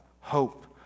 hope